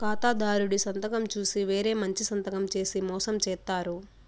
ఖాతాదారుడి సంతకం చూసి వేరే మంచి సంతకం చేసి మోసం చేత్తారు